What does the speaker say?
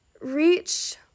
reach